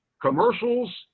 commercials